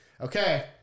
Okay